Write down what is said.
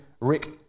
Rick